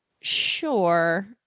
Sure